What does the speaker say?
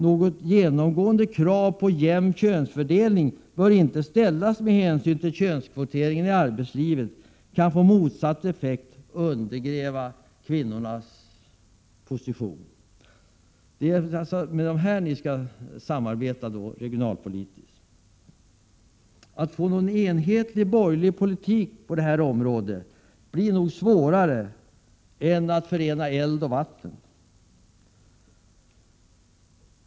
Något genomgående krav på jämn könsfördelning bör inte ställas med hänsyn till att könskvotering i arbetslivet kan få motsatt effekt och undergräva kvinnornas position.” Det är alltså med dem ni skall samarbeta regionalpolitiskt! Att få till stånd en enhetlig borgerlig politik på det här området blir nog svårare än att förena eld och vatten.